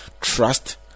trust